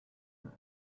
her